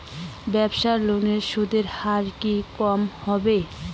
ব্যবসায়ী লোনে সুদের হার কি রকম হবে?